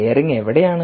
bearing എവിടെയാണ്